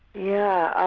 yeah,